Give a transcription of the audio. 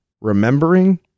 remembering